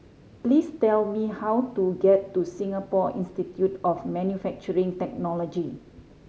please tell me how to get to Singapore Institute of Manufacturing Technology